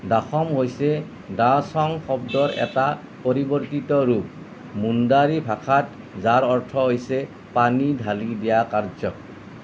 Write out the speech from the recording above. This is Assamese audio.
দাসম হৈছে দাঃসং শব্দৰ এটা পৰিৱৰ্তিত ৰূপ মুণ্ডাৰী ভাষাত যাৰ অৰ্থ হৈছে পানী ঢালি দিয়া কাৰ্য্য